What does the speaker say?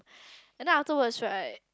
and then afterwards right